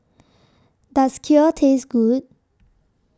Does Kheer Taste Good